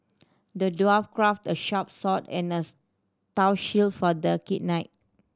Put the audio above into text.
the dwarf crafted a sharp sword and a tough shield for the knight